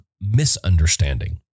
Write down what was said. misunderstanding